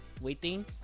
Waiting